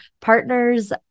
partners